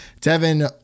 Devin